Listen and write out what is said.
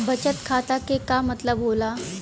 बचत खाता के का मतलब होला?